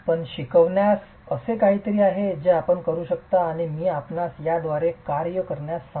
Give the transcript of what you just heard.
एक शिकवण्याचा असे काहीतरी आहे जे आपण करू शकता आणि मी आपणास याद्वारे कार्य करण्यास सांगू